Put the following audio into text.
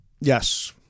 Yes